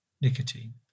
nicotine